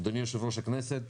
אדוני יושב-ראש הכנסת,